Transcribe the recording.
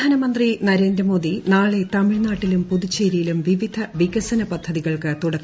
പ്രധാനമന്ത്രി നരേന്ദ്ര മോദി നാളെ തമിഴ്നാട്ടിലും പുതുച്ചേരിയിലും പിവിധ വികസന പദ്ധതികൾക്ക് തുടക്കം കുറിക്കും